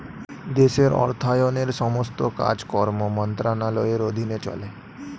দেশের অর্থায়নের সমস্ত কাজকর্ম মন্ত্রণালয়ের অধীনে চলে